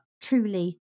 truly